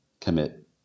commit